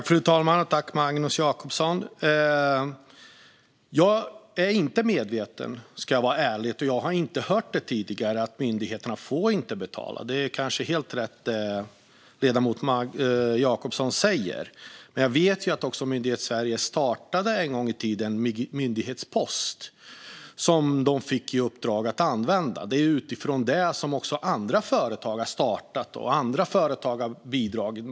Fru talman! Jag ska vara ärlig med att jag inte tidigare har hört att myndigheterna inte får betala, men ledamoten Jacobsson har kanske helt rätt. Jag vet dock att Myndighetssverige en gång i tiden startade Min myndighetspost, som de fick i uppdrag att använda. Efter det har också andra företag startat och bidragit.